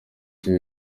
cyo